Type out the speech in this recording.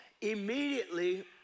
Immediately